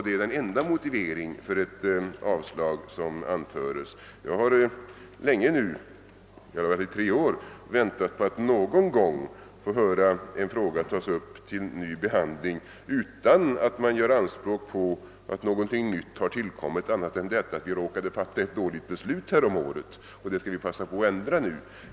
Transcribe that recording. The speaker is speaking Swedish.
Det är den enda motivering för ett avslag som anföres, Jag har länge väntat på att någon gång få höra en fråga tas upp till ny behandling utan att man gör anspråk på Åtgärder för att fördjupa och stärka det svenska folkstyret att något nytt måste ha tillkommit. Det kunde räcka med att vi råkade fatta ett dåligt beslut ett år och ville passa på att ändra det.